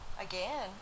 again